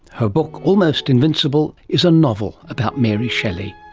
her book, almost invincible, is a novel about mary shelley.